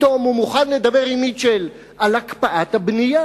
פתאום הוא מוכן לדבר עם מיטשל על הקפאת הבנייה.